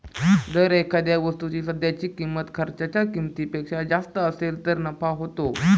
जर एखाद्या वस्तूची सध्याची किंमत खर्चाच्या किमतीपेक्षा जास्त असेल तर नफा होतो